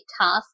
task